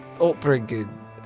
upbringing